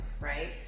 right